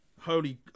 holy